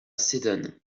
sedan